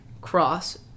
cross